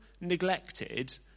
neglected